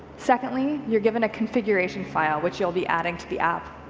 secondly, you're given a configuration file which you'll be adding to the app.